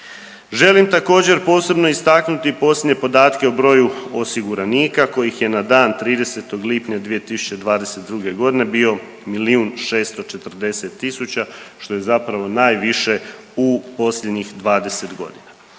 Želim također posebno istaknuti posljednje podatke o broju osiguranika kojih je na dan 30. lipnja 2022.g. bio milijun 640 tisuća što je zapravo najviše u posljednjih 20 godina.